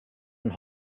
and